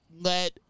let